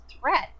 threat